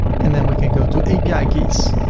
and then we can go to api keys.